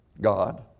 God